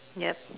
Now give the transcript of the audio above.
yup